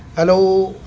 hello